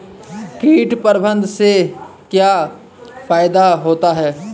कीट प्रबंधन से क्या फायदा होता है?